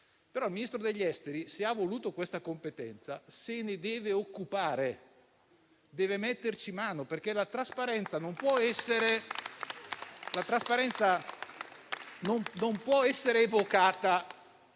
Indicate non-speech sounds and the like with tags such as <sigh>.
Il Ministro degli affari esteri, se ha voluto questa competenza, se ne deve occupare, deve metterci mano, <applause> perché la trasparenza non può essere evocata